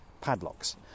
padlocks